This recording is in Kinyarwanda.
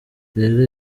rero